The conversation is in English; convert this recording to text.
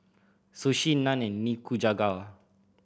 Sushi Naan and Nikujaga